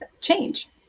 change